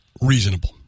reasonable